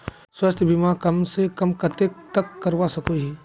स्वास्थ्य बीमा कम से कम कतेक तक करवा सकोहो ही?